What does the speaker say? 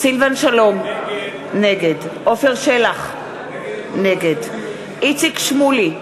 סילבן שלום, נגד עפר שלח, נגד איציק שמולי,